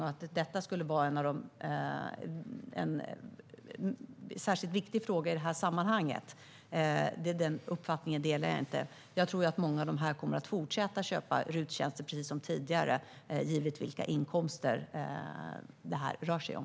Jag delar inte uppfattningen att detta skulle vara en särskilt viktig fråga i detta sammanhang. Jag tror att många av dessa personer kommer att fortsätta köpa RUT-tjänster precis som tidigare, givet vilka inkomster detta rör sig om.